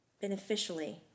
beneficially